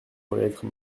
connaître